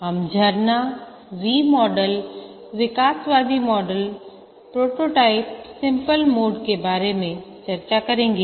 हम झरना V model विकासवादी प्रोटोटाइप सर्पिल मोड के बारे में चर्चा करेंगे